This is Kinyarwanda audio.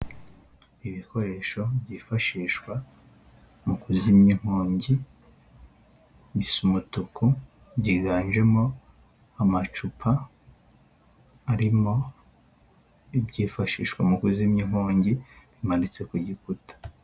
Ibikoresho byifashishwa mu kuzimya inkongi bisa umutuku, byiganjemo amacupa arimo ibyifashishwa mu kuzimya inkongi bimanitse ku gikuta.